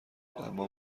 اما